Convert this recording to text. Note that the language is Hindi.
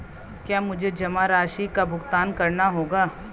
क्या मुझे जमा राशि का भुगतान करना होगा?